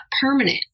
permanent